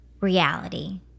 reality